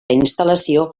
instal·lació